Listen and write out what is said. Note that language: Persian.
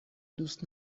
دوست